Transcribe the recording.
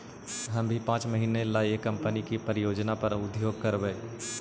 हम भी पाँच महीने ला एक कंपनी की परियोजना पर उद्योग करवई